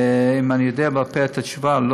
האם אני יודע בעל פה את התשובה?